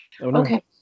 Okay